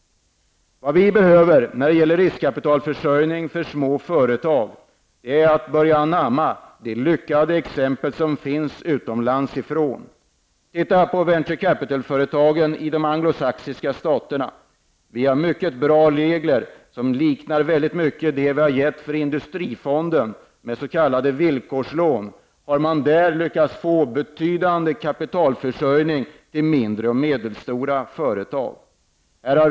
Vad vi behöver när det gäller riskkapitalförsörjning i små företag är att anamma det lyckade system som används utomlands. Se på venture capital-företagen i de anglosaxiska staterna. Det finns mycket bra regler som mycket liknar de regler som industrifonden har. Det gäller s.k. villkorslån. Här har man lyckats få en betydande kapitalförsörjning till mindre och medelstora företag.